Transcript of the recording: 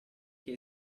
che